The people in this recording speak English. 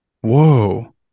Whoa